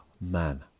MAN